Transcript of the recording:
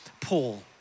Paul